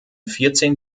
vierzehn